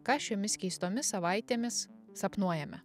ką šiomis keistomis savaitėmis sapnuojame